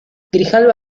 grijalba